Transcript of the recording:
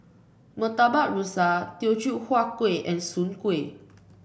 Murtabak Rusa Teochew Huat Kuih and Soon Kuih